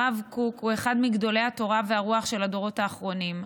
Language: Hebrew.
הרב קוק הוא אחד מגדולי התורה והרוח של הדורות האחרונים.